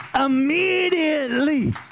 immediately